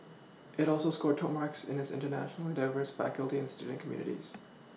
it also scored top marks in its internationally diverse faculty and student communities